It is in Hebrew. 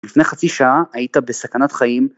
לפני חצי שעה היית בסכנת חיים.